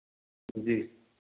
जी